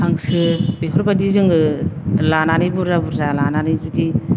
हांसो बेफोरबायदि जोङो लानानै बुर्जा बुर्जा लानानै जुदि